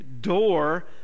door